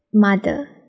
Mother